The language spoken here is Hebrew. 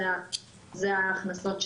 אלה ההכנסות שהתקבלו.